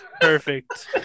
Perfect